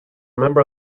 member